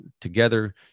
together